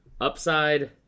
upside